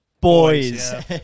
boys